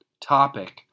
topic